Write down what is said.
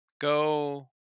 Go